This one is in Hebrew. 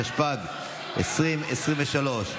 התשפ"ג 2023,